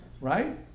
Right